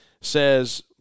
says